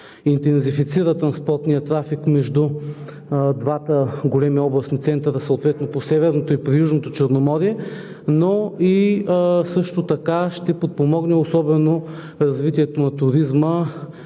интензифицира транспортния трафик между двата големи областни центъра, съответно по Северното и по Южното Черноморие, но и също така ще подпомогне развитието на туризма